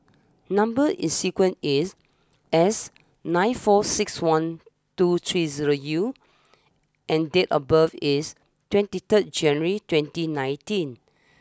number is sequence is S nine four six one two three zero U and date of birth is twenty third January twenty nineteen